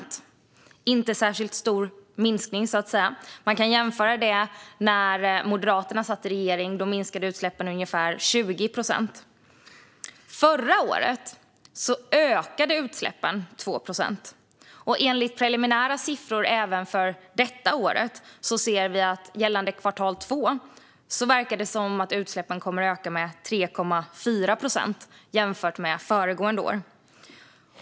Det är inte en särskilt stor minskning. Man kan jämföra det med när Moderaterna satt i regering. Då minskade utsläppen med ungefär 20 procent. Förra året ökade utsläppen med 2 procent. Enligt preliminära siffror för kvartal två detta år verkar det som att utsläppen har ökat med 3,4 procent jämfört med föregående år.